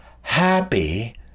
Happy